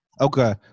okay